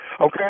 okay